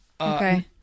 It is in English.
Okay